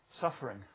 suffering